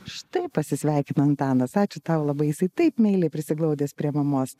štai pasisveikino antanas ačiū tau labai jisai taip meiliai prisiglaudęs prie mamos